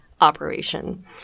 operation